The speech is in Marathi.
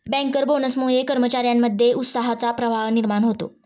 बँकर बोनसमुळे कर्मचार्यांमध्ये उत्साहाचा प्रवाह निर्माण होतो